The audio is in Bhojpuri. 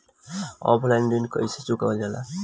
ऑफलाइन ऋण कइसे चुकवाल जाला?